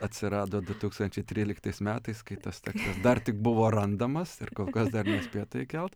atsirado du tūkstančiai tryliktais metais kai tas tekstas dar tik buvo randamas ir kol kas dar nespėta įkelt